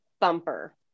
bumper